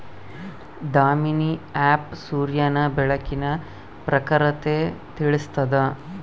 Damini app ಸೂರ್ಯನ ಬೆಳಕಿನ ಪ್ರಖರತೆ ತಿಳಿಸ್ತಾದ